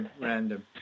random